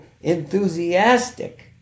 enthusiastic